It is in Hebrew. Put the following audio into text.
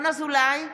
אינו נוכח ינון אזולאי,